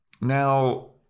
Now